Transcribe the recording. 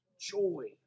Joy